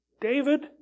David